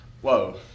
Whoa